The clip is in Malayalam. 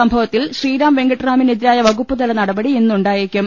സംഭവത്തിൽ ശ്രീറാം വെങ്കട്ടറാമിനെതിരായ വകുപ്പു തല നടപടി ഇന്നുണ്ടായേക്കും